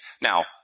Now